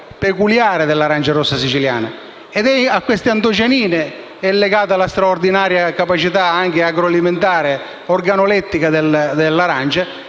peculiare dell'arancia rossa siciliana. Alle antocianine è legata la straordinaria capacità agroalimentare e organolettica dell'arancia,